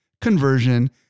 conversion